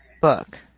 book